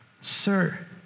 Sir